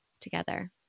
together